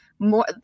more